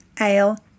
ale